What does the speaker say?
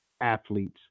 athletes